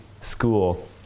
school